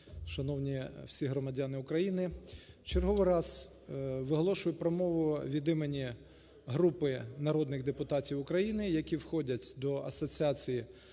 шановні всі громадяни України, в черговий раз виголошую промову від імені групи народних депутатів України, які входять до Асоціації